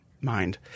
mind